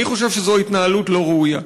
אני חושב שזו התנהלות לא ראויה.